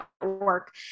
work